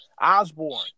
Osborne